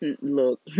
look